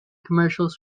commercials